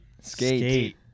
skate